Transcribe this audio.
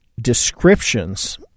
descriptions